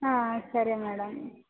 ಹಾಂ ಸರಿ ಮೇಡಮ್